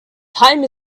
time